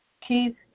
Keith